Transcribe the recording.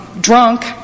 Drunk